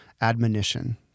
admonition